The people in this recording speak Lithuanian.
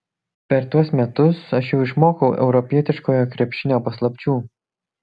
per tuos metus aš jau išmokau europietiškojo krepšinio paslapčių